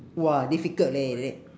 !wah! difficult leh like that